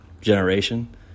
generation